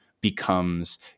becomes